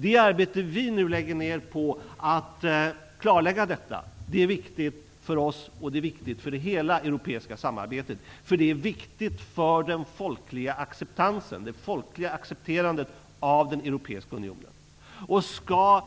Det arbete som vi nu lägger ned på att klarlägga detta är viktigt för oss och för hela det europeiska samarbetet -- det är nämligen viktigt för det folkliga accepterandet av den europeiska unionen. Skall